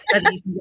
studies